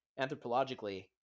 anthropologically